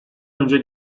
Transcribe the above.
önce